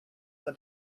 that